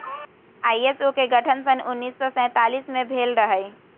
ISO के गठन सन उन्नीस सौ सैंतालीस में भेल रहै